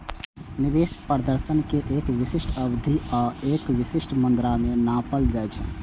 निवेश प्रदर्शन कें एक विशिष्ट अवधि आ एक विशिष्ट मुद्रा मे नापल जाइ छै